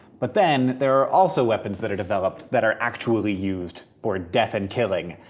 but then there are also weapons that are developed that are actually used for death and killing.